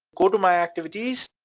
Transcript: go to my activity,